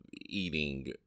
eating